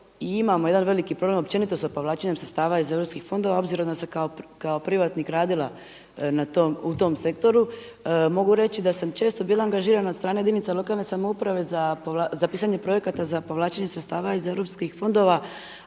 imamo jedan veliki problem općenito sa povlačenjem sredstava iz europskih fondova obzirom da sam kao privatnik radila u tom sektoru mogu reći da sam često bila angažirana od strane jedinice lokalne samouprave za pisanje projekata za povlačenje sredstava iz europskih fondova,